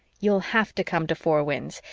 you'll have to come to four winds.